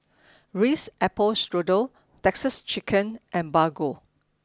Ritz Apple Strudel Texas Chicken and Bargo